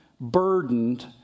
burdened